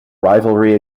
rivalry